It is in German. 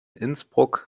innsbruck